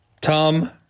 Tom